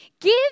Give